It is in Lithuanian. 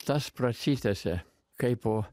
tas prasitęsė kaipo